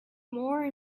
more